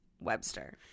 Webster